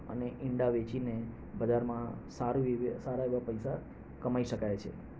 અને ઈંડા વેચીને બજારમાં સારી સારા એવા પૈસા કમાઈ શકાય છે